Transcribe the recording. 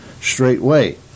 straightway